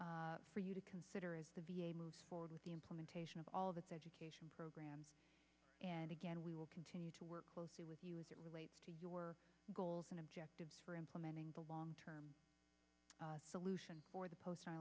for you to consider as to be a move forward with the implementation of all the education programs and again we will continue to work closely with you as it relates to your goals and objectives for implementing the long term solution for the post